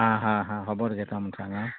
आं हा हा खबर घेता म्हूण सांग आं